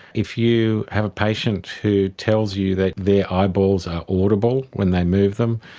if you have a patient who tells you that their eyeballs are audible when they move them,